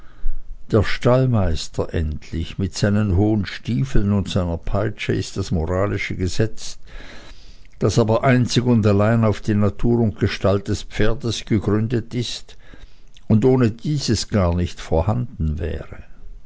der stallmeister endlich mit seinen hohen stiefeln und seiner peitsche ist das moralische gesetz das aber einzig und allein auf die natur und gestalt des pferdes gegründet ist und ohne dieses gar nicht vorhanden wäre